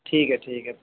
ٹھیک ہے ٹھیک ہے